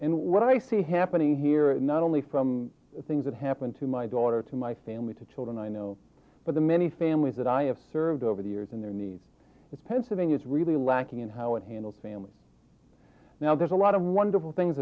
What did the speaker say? and what i see happening here is not only from the things that happen to my daughter to my family to children i know but the many families that i have served over the years in their knees it's pennsylvania's really lacking in how it handles family now there's a lot of wonderful things